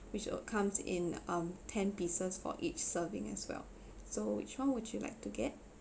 which would comes in um ten pieces for each serving as well so which one would you like to get